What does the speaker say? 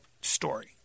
story